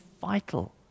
vital